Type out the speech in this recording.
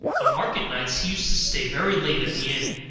on market nights he used to stay very late at the inn,